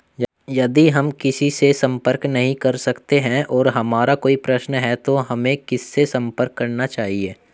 यदि हम किसी से संपर्क नहीं कर सकते हैं और हमारा कोई प्रश्न है तो हमें किससे संपर्क करना चाहिए?